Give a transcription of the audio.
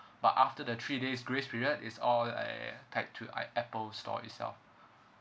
but after the first days grace period is err tag to apple store itself